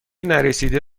نرسیده